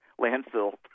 landfill